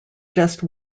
just